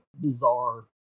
bizarre